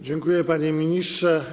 Dziękuję, panie ministrze.